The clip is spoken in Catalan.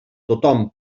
tothom